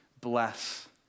Bless